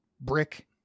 Brick